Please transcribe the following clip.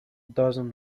dozen